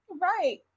right